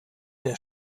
der